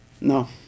no